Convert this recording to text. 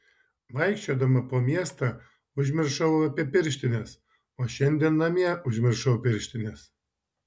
vaikščiodama po miestą užmiršau apie pirštines o šiandien namie užmiršau pirštines